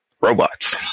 robots